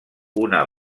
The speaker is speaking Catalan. una